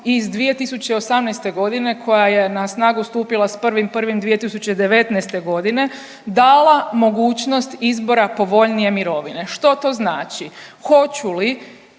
iz 2018. godine koja je na snagu stupila s 1.1.2019. godine dala mogućnost izbora povoljnije mirovine. Što to znači? Hoću li